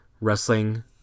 wrestling